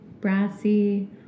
brassy